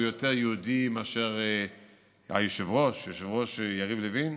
יותר יהודי מאשר היושב-ראש יריב לוין?